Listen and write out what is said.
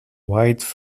wide